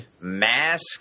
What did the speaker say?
mask